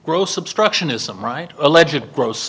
gross obstructionism right allegedly gross